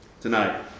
tonight